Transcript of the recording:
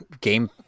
game